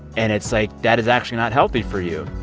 and it's like, that is actually not healthy for you.